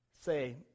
say